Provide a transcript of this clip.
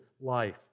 life